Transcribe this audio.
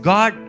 God